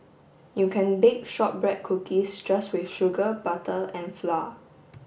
you can bake shortbread cookies just with sugar butter and flour